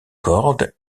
cordes